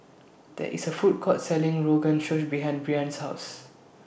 There IS A Food Court Selling Rogan Josh behind Breanne's House